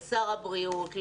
לשר הבריאות,